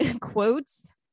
quotes